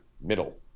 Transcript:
middle